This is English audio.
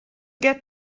get